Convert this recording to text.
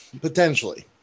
potentially